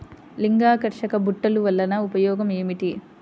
లింగాకర్షక బుట్టలు వలన ఉపయోగం ఏమిటి?